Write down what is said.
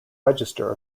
register